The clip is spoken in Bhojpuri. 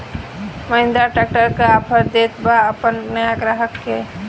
महिंद्रा ट्रैक्टर का ऑफर देत बा अपना नया ग्राहक के?